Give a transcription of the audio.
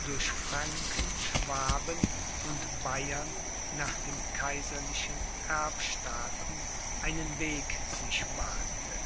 durch franken schwaben und bayern nach den kaiserlichen erbstaaten einen weg sich bahnte